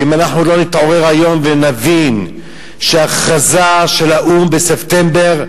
ואם אנחנו לא נתעורר היום ונבין שהכרזה של האו"ם בספטמבר,